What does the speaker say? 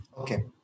Okay